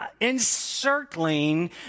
encircling